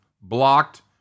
Blocked